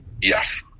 yes